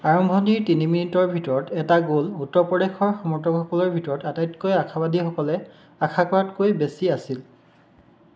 আৰম্ভণিৰ তিনি মিনিটৰ ভিতৰত এটা গ'ল উত্তৰ প্ৰদেশৰ সমৰ্থকসকলৰ ভিতৰত আটাইতকৈ আশাবাদীসকলে আশা কৰাতকৈও বেছি আছিল